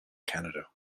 canada